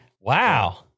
Wow